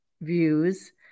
views